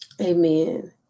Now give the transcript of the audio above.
Amen